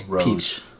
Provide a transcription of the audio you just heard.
Peach